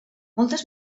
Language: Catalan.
moltes